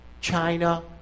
China